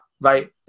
right